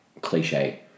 cliche